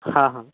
हां हां